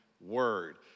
word